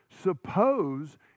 Suppose